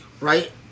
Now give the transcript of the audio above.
right